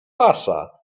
pasa